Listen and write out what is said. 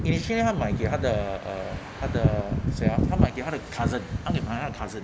initially 她买给她的 uh 她的谁 ah 她买给她的 cousin 她给买她的 cousin